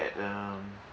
that um